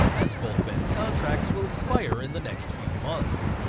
as both men's contracts will expire in the next few months.